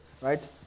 right